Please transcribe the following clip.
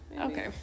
Okay